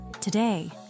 Today